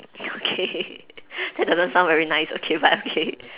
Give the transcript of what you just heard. okay that doesn't sound very nice okay but okay